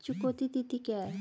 चुकौती तिथि क्या है?